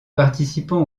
participants